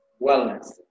wellness